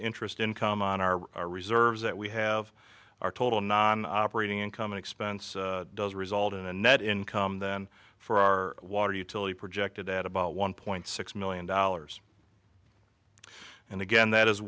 interest income on our reserves that we have our total non operating income expense does result in a net income then for our water utility projected at about one point six million dollars and again that is